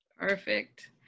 Perfect